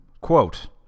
Quote